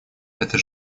это